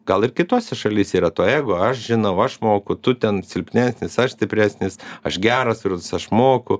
gal ir kitose šalyse yra to ego aš žinau aš moku tu ten silpnesnis aš stipresnis aš geras ir aš moku